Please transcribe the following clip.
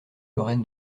lorraine